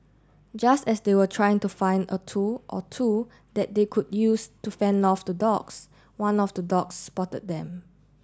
just as they were trying to find a tool or two that they could use to fend off the dogs one of the dogs spotted them